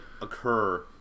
occur